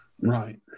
Right